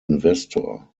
investor